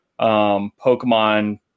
Pokemon